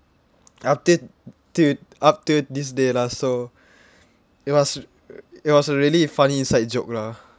up till till up till this day lah so it was r~ it was a really funny inside joke lah